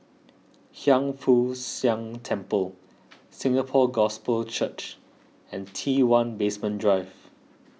Hiang Foo Siang Temple Singapore Gospel Church and T one Basement Drive